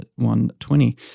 1.20